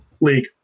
league